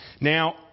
Now